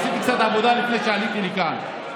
עשיתי קצת עבודה לפני שעליתי לכאן,